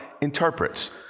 Interprets